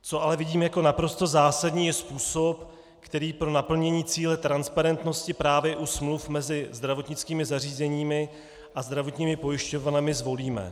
Co ale vidím jako naprosto zásadní, je způsob, který pro naplnění cíle transparentnosti právě u smluv mezi zdravotnickými zařízeními a zdravotními pojišťovnami zvolíme.